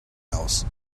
else